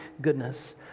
goodness